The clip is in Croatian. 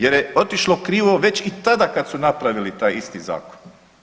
Jer je otišlo krivo već i tada kad su napravili taj isti zakon.